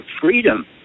freedom